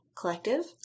Collective